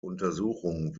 untersuchung